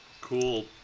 cool